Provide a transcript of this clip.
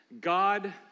God